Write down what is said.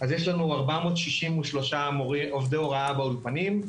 אז יש לנו 463 עובדי הוראה באולפנים,